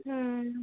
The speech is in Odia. ହୁଁ